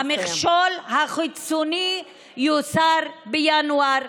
המכשול החיצוני יוסר בינואר,